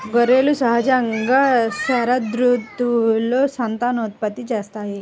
గొర్రెలు సహజంగా శరదృతువులో సంతానోత్పత్తి చేస్తాయి